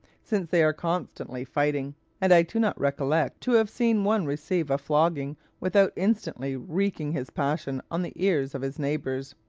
since they are constantly fighting and i do not recollect to have seen one receive a flogging without instantly wreaking his passion on the ears of his neighbours.